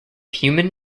human